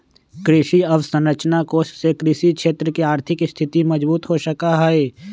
कृषि अवसरंचना कोष से कृषि क्षेत्र के आर्थिक स्थिति मजबूत हो सका हई